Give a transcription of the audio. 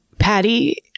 Patty